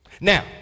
Now